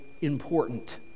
important